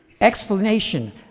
explanation